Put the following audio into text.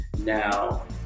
Now